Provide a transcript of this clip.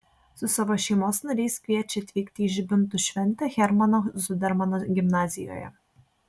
su savo šeimos nariais kviečia atvykti į žibintų šventę hermano zudermano gimnazijoje